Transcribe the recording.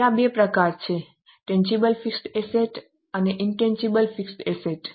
ત્યાં બે પ્રકાર છે tangible fixed assets intangible fixed assets